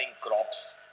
crops